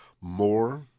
More